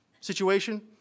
situation